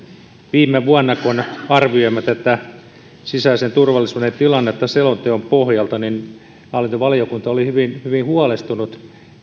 viime vuonna kun arvioimme tätä sisäisen turvallisuuden tilannetta selonteon pohjalta hallintovaliokunta oli hyvin huolestunut